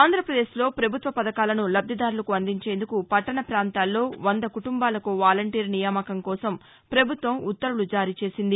ఆంధ్రప్రదేశ్లో పభుత్వ పథకాలను లబ్దిదారులకు అందించేందుకు పట్టణ ప్రాంతాల్లో వంద కుటుంబాలకో వాలంటీర్ నియామకం కోసం ప్రభుత్వం ఉత్తర్వులు జారీ చేసింది